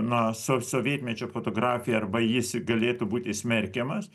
na so sovietmečio fotografija arba jis galėtų būti smerkiamas